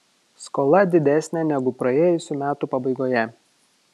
skola didesnė negu praėjusių metų pabaigoje